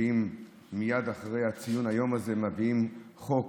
מייד אחרי ציון היום הזה מביאים חוק